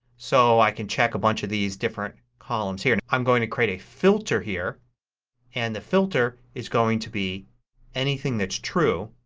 so i can check a bunch of these different columns here. i'm going to create a filter here and the filter is going to be anything that's true.